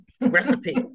recipe